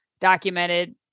documented